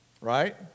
right